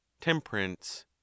temperance